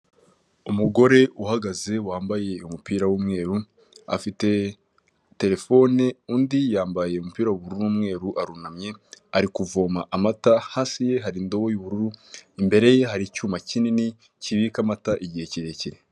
Umugore uhagaze wambaye umupira w'umweru, afite terefone undi yambaye umupira w'ubururu n'umweru arunamye ari kuvoma amata, hasi ye hari indobo y'ubururu, imbere ye hari icyuma kinini kibika amata igihe kirekire.